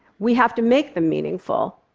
we have to make them meaningful.